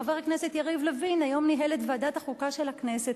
חבר הכנסת יריב לוין ניהל היום את ועדת החוקה של הכנסת,